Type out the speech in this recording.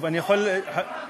חוק